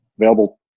available